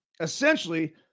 essentially